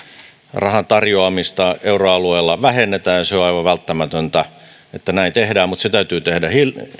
rahan tarjoamista euroalueella vähennetään se on aivan välttämätöntä että näin tehdään mutta se täytyy tehdä